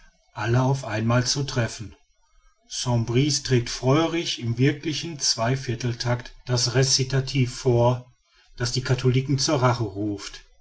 alle auf ein mal zu treffen saint bris trägt feurig in wirklichem zwei viertel tact das recitativ vor das die katholiken zur rache ruft